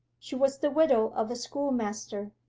she was the widow of a schoolmaster.